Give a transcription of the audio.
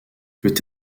peut